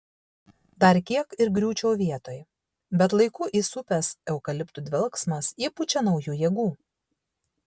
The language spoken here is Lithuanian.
dar kiek ir griūčiau vietoj bet laiku įsupęs eukaliptų dvelksmas įpučia naujų jėgų